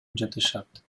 жатышат